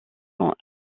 sont